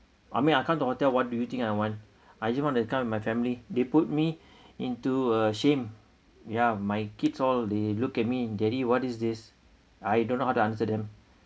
I mean I come to hotel what do you think I want I just want to tell my family they put me into a shame ya my kids all they look at me daddy what is this I don't know how to answer them